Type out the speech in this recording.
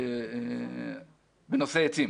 בנושא עצים.